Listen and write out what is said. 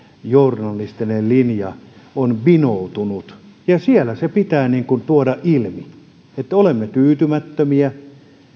journalistinen linja on vinoutunut siellä se pitää tuoda ilmi että olemme tyytymättömiä